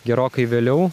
gerokai vėliau